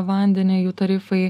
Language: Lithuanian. vandenį jų tarifai